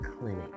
clinic